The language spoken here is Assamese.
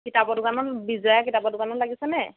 কিতাপৰ দোকনত বিজয়াৰ কিতাপ দোকানত লাগিছেনে